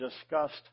discussed